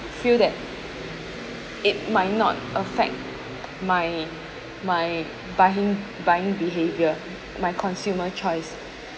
feel that it might not affect my my buying buying behaviour my consumer choice